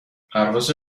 پرواز